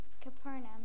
Capernaum